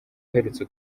uherutse